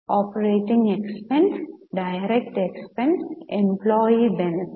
operating expense direct expense employee benefit